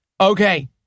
Okay